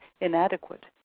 inadequate